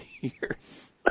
years